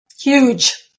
Huge